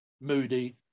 moody